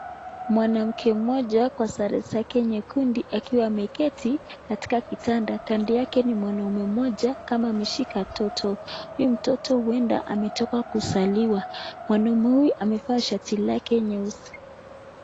Mwanamke mmoja kwa sare zake nyekundu akiwa ameketi katika kitanda na kando yake ni mwanaume mmoja kama ameshika toto. Huyu mtoto huenda ametoka kutoka kuzaliwa. Mwanaume huyu amevaa shati lake nyeusi.